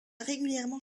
régulièrement